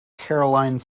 caroline